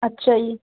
ਅੱਛਾ ਜੀ